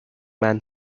man